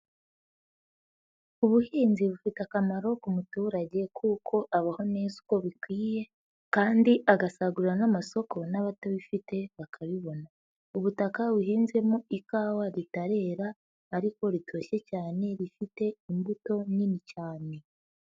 Ubuhinzi bufite akamaro ku muturage kuko abaho neza uko bikwiye kandi agasagurira n'amasoko n'abatabifite bakabibona, ubutaka buhinzemo ikawa ritarera ariko ritoshye cyane rifite imbuto nini cyane.